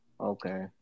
Okay